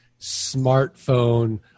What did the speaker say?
smartphone